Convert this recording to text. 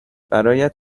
برایت